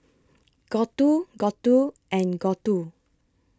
Gouthu Gouthu and Gouthu